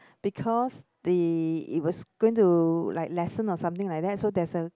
because the it was going to like lessen or something like that so there's a